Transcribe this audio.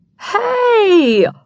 Hey